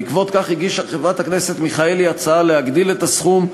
בעקבות כך הגישה חברת הכנסת מיכאלי הצעה להגדיל את הסכום.